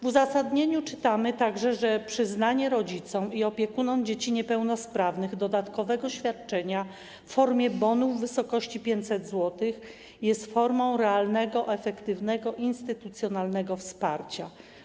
W uzasadnieniu czytamy także, że przyznanie rodzicom i opiekunom dzieci niepełnosprawnych dodatkowego świadczenia w formie bonu w wysokości 500 zł jest formą realnego, efektywnego, instytucjonalnego wsparcia.